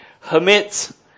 hermits